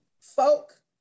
folk